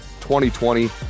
2020